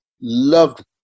loved